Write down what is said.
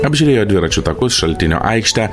apžiūrėjo dviračių takus šaltinio aikštę